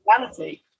reality